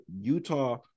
Utah